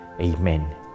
Amen